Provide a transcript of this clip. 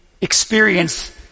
experience